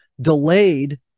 delayed